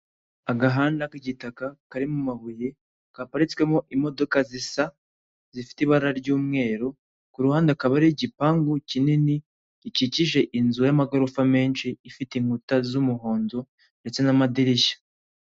Korana na sosiyete y'itumanaho ya emutiyene ukande akanyenyeri ijana na mirongo inani na kabiri urwego winjire mu isi nshya y'amafaranga kuko uzoherereza abawe kandi nabo bakoherereze uyabone kuri telefone yawe.